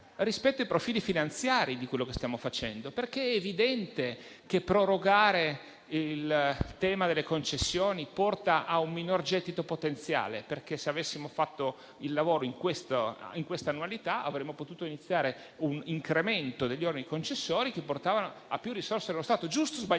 rispetto ai profili finanziari di quello che stiamo facendo. È evidente, infatti, che prorogare il tema delle concessioni porta a un minor gettito potenziale. Se infatti avessimo fatto il lavoro in questa annualità, avremmo potuto iniziare un incremento degli oneri concessori, che avrebbero portato a più risorse dello Stato. Giusto o sbagliato